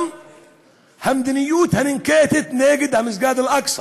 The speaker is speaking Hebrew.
גם המדיניות הננקטת נגד מסגד אל-אקצא.